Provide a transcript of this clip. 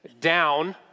down